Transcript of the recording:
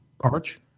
arch